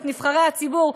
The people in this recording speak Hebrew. את נבחרי הציבור,